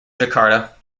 jakarta